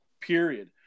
Period